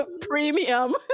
premium